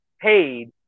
paid